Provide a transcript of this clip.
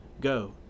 Go